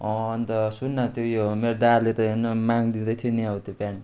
अन्त सुन न त्यो यो मेरो दाले त हेर्न माग्दैथ्यो नि हो त्यो पेन्ट